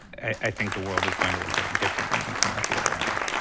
i think the world is going to look very different when we come out the other end.